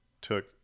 took